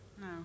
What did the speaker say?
No